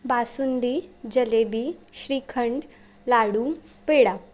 basundi jalebi shrikhand laddu peda